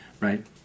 right